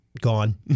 Gone